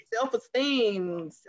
self-esteem